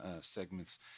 segments